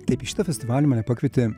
taip į šitą festivalį mane pakvietė